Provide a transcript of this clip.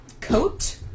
coat